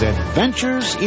Adventures